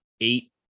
eight